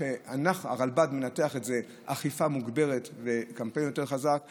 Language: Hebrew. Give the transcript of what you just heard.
הרלב"ד מנתח את זה כאכיפה מוגברת וקמפיין חזק יותר.